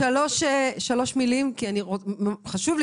כל מה